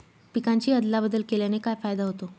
पिकांची अदला बदल केल्याने काय फायदा होतो?